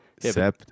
sept